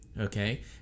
okay